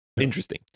Interesting